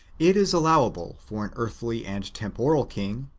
it is allowable for an earthly and temporal king,